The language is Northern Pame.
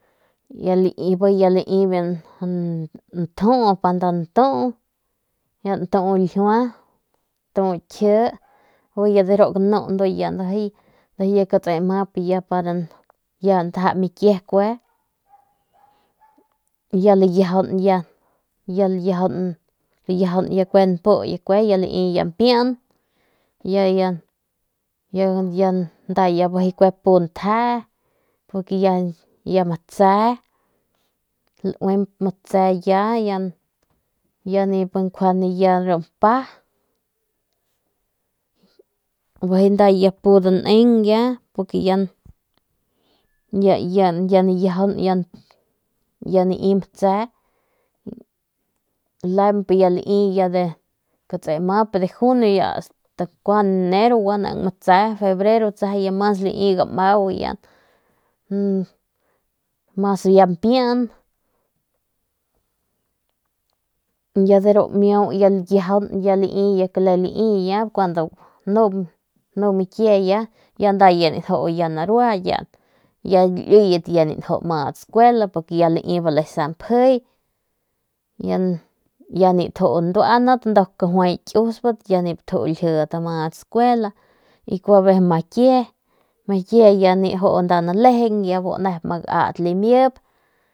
Kuekara limi kante bo biu ya lii pa ntjuu lantu lijuiua lantu kjie juy deru gnu tse amap deru ya ndaja mikie ndaja ya liguiajan mpu ya ljguiajan ya nda pu ntjee porque ya mtse ya nip nkjuende ya mpa bejei ya nda pu danin porque ya ni mtse lemp junio gua nam mtse febrero tseje mas lii gmau nuu mike ya ni nju ya nda narua ya lieyet nip tjuu amadat scuela porque limi mja.